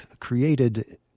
created